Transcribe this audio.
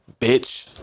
Bitch